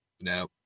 no